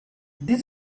this